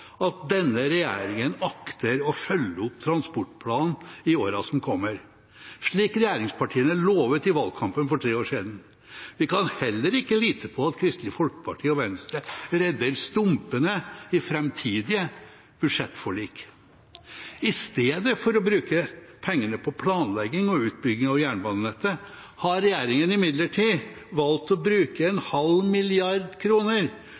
at denne regjeringen akter å følge opp transportplanen i årene som kommer, slik regjeringspartiene lovte i valgkampen for tre år siden. Vi kan heller ikke lite på at Kristelig Folkeparti og Venstre redder stumpene i framtidige budsjettforlik. I stedet for å bruke pengene på planlegging og utbygging av jernbanenettet har regjeringen imidlertid valgt å bruke en halv milliard kroner